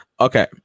Okay